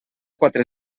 quatre